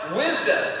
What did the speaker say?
wisdom